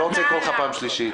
אני לא רוצה לקרוא לך פעם שלישית.